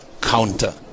counter